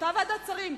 אותה ועדת שרים,